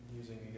using